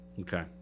Okay